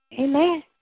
Amen